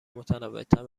متنوعتر